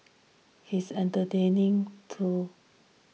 he is entertaining though